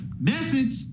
message